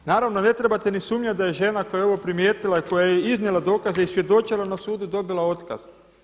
Naravno ne trebate niti sumnjati da je žena koja je ovo primijetila i koja je iznijela dokaze i svjedočila na sudu dobila otkaz.